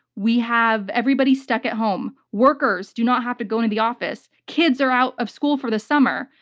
we have everybody stuck at home. workers do not have to go into the office. kids are out of school for the summer.